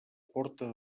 porta